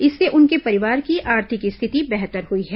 इससे उनके परिवार की आर्थिक स्थिति बेहतर हुई है